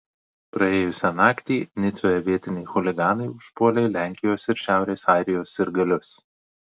praėjusią naktį nicoje vietiniai chuliganai užpuolė lenkijos ir šiaurės airijos sirgalius